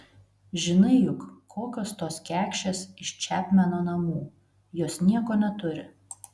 žinai juk kokios tos kekšės iš čepmeno namų jos nieko neturi